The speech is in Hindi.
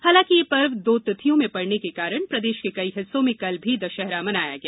हालांकि ये पर्व दो तिथियों में पड़ने के कारण प्रदेश के कई हिस्सों में कल भी दशहरा मनाया गया